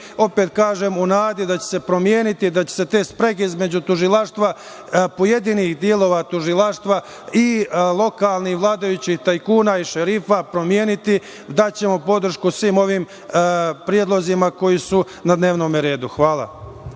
opet kažem, u nadi da će se promeniti, da će se te sprege između tužilaštva, pojedinih delova tužilaštva i lokalnih vladajućih tajkuna i šerifa promeniti, daćemo podršku svim ovim predlozima koji su na dnevnom redu. Hvala.